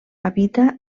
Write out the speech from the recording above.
habita